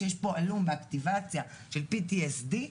שיש בו הלום באקטיבציה של PTSD,